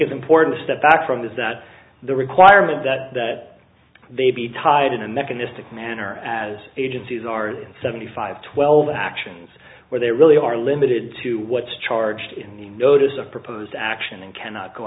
is important to step back from is that the requirement that that they be tied in a mechanistic manner as agencies are seventy five twelve actions where they really are limited to what's charged in the notice of proposed action and cannot go